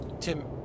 Tim